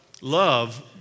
love